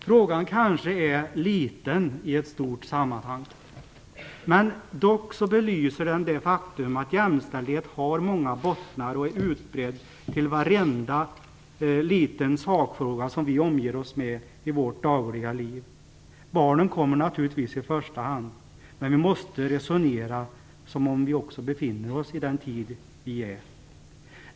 Frågan kanske är liten i ett stort sammanhang, men den belyser det faktum att jämställdheten har många bottnar och är utbredd till varenda liten sakfråga som vi omger oss med i vårt dagliga liv. Barnen kommer naturligtvis i första hand, men vi måste resonera som om vi också befinner oss i den tid som vi nu lever i.